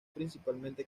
principalmente